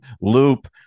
loop